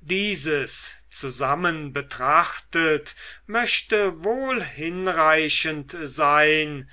dieses zusammen betrachtet möchte wohl hinreichend sein